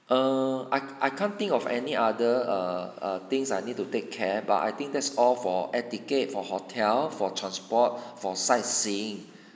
err I I can't think of any other err err things I need to take care but I think that's all for air ticket for hotel for transport for sightseeing